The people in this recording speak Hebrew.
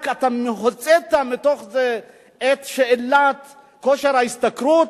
הוצאת מתוך זה אך ורק את שאלת כושר ההשתכרות,